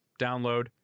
download